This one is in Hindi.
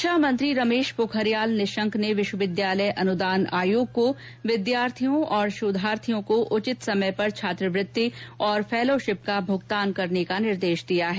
शिक्षा मंत्री रमेश पोखरियाल निशंक ने विश्वविद्यालय अनुदान आयोग को विद्यार्थियों और शोधार्थियों को उचित समय पर छात्रवृत्ति और फैलोशिप का भुगतान करने का निर्देश दिया है